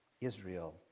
Israel